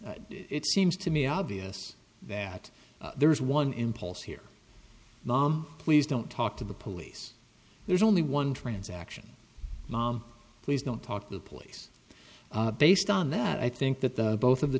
e it seems to me obvious that there's one impulse here please don't talk to the police there's only one transaction mom please don't talk to the police based on that i think that the both of the